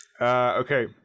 Okay